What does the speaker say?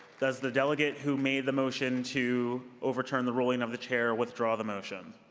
does the delegate who made the motion to overturn the ruling of the chair withdraw the motion?